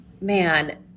man